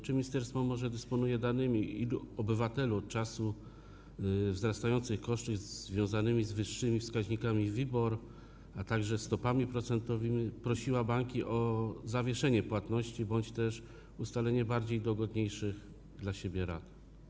Czy ministerstwo może dysponuje danymi, ilu obywateli od czasu wzrastających kosztów związanych z wyższymi wskaźnikami WIBOR, a także stopami procentowymi prosiła banki o zawieszenie płatności bądź też ustalenie dogodniejszych dla siebie rat?